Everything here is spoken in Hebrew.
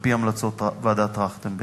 על-פי המלצות ועדת-טרכטנברג.